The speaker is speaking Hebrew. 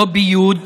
לא ביו"ד.